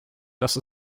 dass